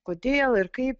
kodėl ir kaip